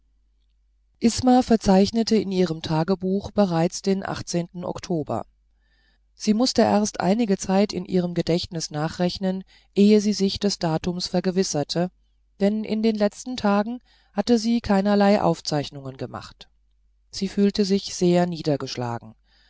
isma verzeichnete in ihrem tagebuch bereits den oktober sie mußte erst einige zeit in ihrem gedächtnis nachrechnen ehe sie sich des datums vergewisserte denn in den letzten tagen hatte sie keinerlei aufzeichnungen gemacht sie fühlte sich sehr niedergeschlagen